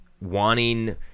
wanting